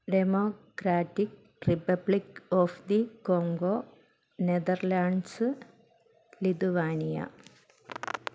democratic republic of the Congo Netherlands Lithuania